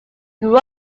grew